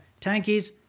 Tankies